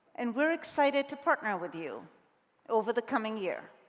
and we're excited to partner with you over the coming year